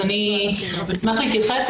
אני אשמח להתייחס,